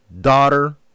daughter